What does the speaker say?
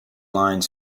lined